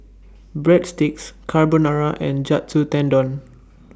Breadsticks Carbonara and Katsu Tendon